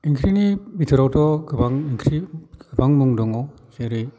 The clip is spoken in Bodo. ओंख्रिनि बिथोरावथ' गोबां ओंख्रि गोबां मुं दङ जेरै